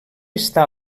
està